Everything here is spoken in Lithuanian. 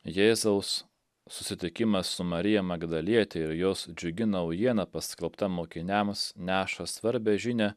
jėzaus susitikimas su marija magdaliete ir jos džiugi naujiena paskelbta mokiniams neša svarbią žinią